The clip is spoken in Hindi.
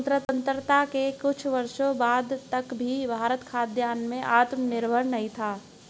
स्वतंत्रता के कुछ वर्षों बाद तक भी भारत खाद्यान्न में आत्मनिर्भर नहीं था